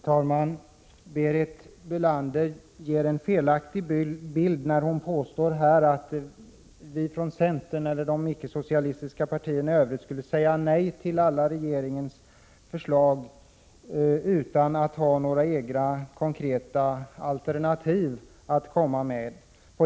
Herr talman! Berit Bölander ger en felaktig bild när hon påstår att vi från centern och de icke-socialistiska partierna i övrigt skulle säga nej till alla regeringens förslag utan att ha några egna konkreta alternativ att komma med.